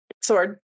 Sword